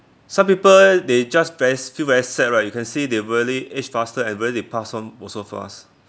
some people they just very s~ feel very sad right you can see they really age faster and really they pass on also fast